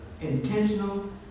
intentional